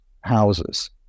houses